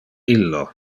illo